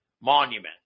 monument